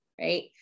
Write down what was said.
right